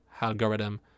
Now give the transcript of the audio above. algorithm